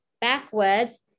backwards